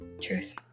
Truth